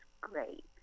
great